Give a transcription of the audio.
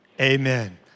Amen